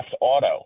auto